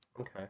Okay